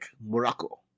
Morocco